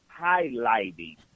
highlighting